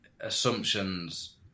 assumptions